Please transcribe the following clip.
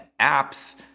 apps